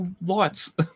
lights